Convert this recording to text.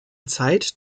zeit